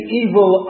evil